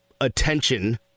attention